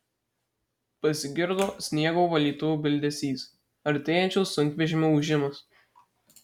pasigirdo sniego valytuvo bildesys artėjančio sunkvežimio ūžimas